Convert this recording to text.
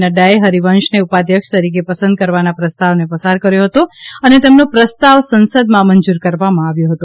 નહાએ હરિવંશને ઉપાધ્યક્ષ તરીકે પસંદ કરવાના પ્રસ્તાવને પસાર કર્યો હતો અને તેમનો પ્રસ્તાવ સંસદમાં મંજુર કરવામાં આવ્યો હતો